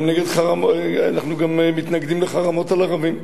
ואנחנו גם מתנגדים לחרמות על ערבים.